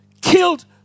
Killed